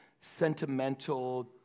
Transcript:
sentimental